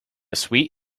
suite